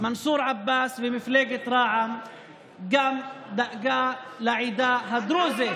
מנסור עבאס ומפלגת רע"מ דאגו גם לעדה הדרוזית,